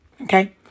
okay